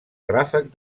ràfec